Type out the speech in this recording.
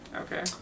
Okay